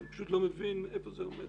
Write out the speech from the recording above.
אני פשוט לא מבין היכן זה עומד.